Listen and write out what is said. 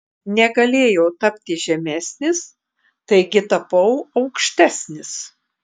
negalėjau tapti žemesnis taigi tapau aukštesnis